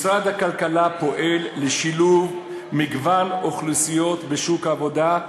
משרד הכלכלה פועל לשילוב מגוון אוכלוסיות בשוק העבודה,